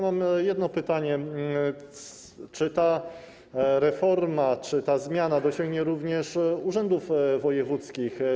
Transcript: Mam jedno pytanie: Czy ta reforma, ta zmiana dosięgnie również urzędów wojewódzkich?